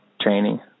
training